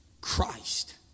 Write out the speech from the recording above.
Christ